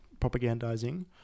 propagandizing